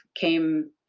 came